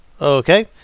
Okay